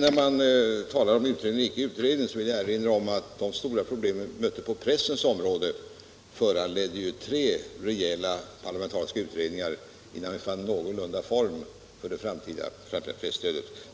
När det talas om utredning eller inte utredning så vill jag erinra om att de stora problem vi mötte på pressens område föranledde tre rejäla parlamentariska utredningar innan vi någorlunda fann formen för det 109 Det